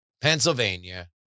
Pennsylvania